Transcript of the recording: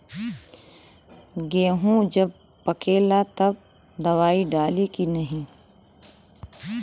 गेहूँ जब पकेला तब दवाई डाली की नाही?